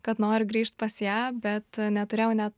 kad nori grįžt pas ją bet neturėjau net